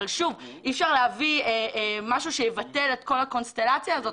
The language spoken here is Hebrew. אבל שוב: אי-אפשר להביא משהו שיבטל את כל הקונסטלציה הזו.